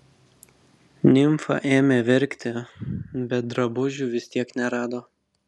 nimfa ėmė verkti bet drabužių vis tiek nerado